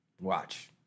Watch